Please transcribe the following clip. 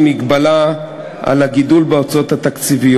אילולא האישור שלך והסיוע שלך בוועדת הכנסת זה לא היה